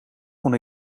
kon